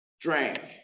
Drank